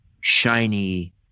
shiny